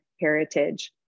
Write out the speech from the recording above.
heritage